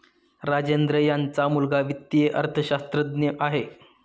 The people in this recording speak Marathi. राजेंद्र यांचा मुलगा वित्तीय अर्थशास्त्रज्ञ आहे